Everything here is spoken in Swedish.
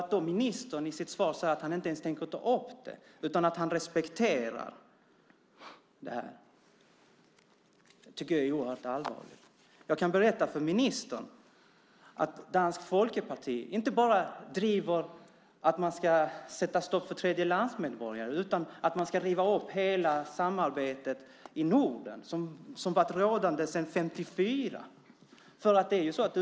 Att ministern i sitt svar säger att han inte ens tänker ta upp frågan, utan att han respekterar danskarnas ställningstagande, tycker jag är oerhört allvarligt. Jag kan berätta för ministern att Dansk folkeparti inte bara driver frågan om att sätta stopp för tredjelandsmedborgare. De vill riva upp hela samarbetet i Norden, som varit rådande sedan 1954.